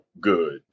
good